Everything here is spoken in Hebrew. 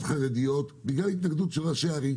חרדיות בגלל התנגדות של ראשי ערים,